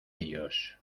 ellos